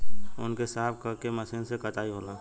ऊँन के साफ क के मशीन से कताई होला